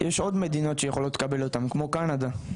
יש עוד מדינות שיכולות לקבל אותם, כמו קנדה.